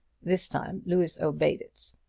this time louis obeyed it.